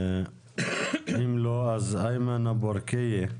אם לא איימן אבו-ארקייה,